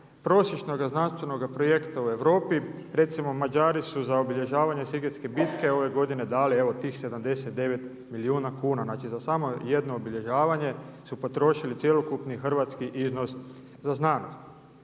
prosječnoga znanstvenoga projekta u Europi. Recimo Mađari su za obilježavanje Sigetske bitke ove godine dali evo tih 79 milijuna kuna. Znači za samo jedno obilježavanje su potrošili cjelokupni hrvatski iznos za znanost.